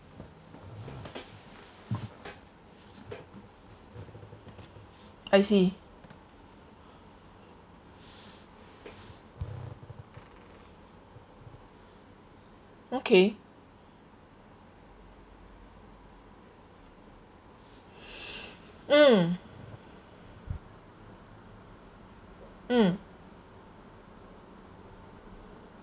I see okay mm mm